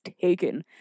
taken